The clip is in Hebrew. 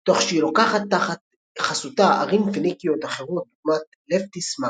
תוך שהיא לוקחת תחת חסותה ערים פיניקיות אחרות דוגמת לפטיס מגנה,